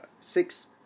six